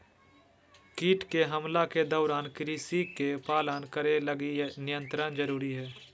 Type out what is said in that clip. कीट के हमला के दौरान कृषि के पालन करे लगी नियंत्रण जरुरी हइ